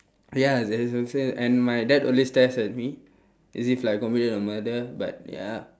ya there's also and my dad always stares at me as if like I committed a murder but ya